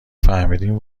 فهمیدیم